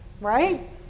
right